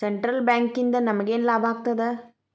Central ಬ್ಯಾಂಕಿಂದ ನಮಗೇನ್ ಲಾಭಾಗ್ತದ?